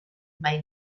may